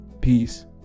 peace